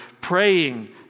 praying